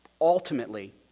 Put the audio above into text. ultimately